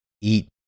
eat